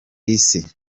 isi